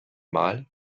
mal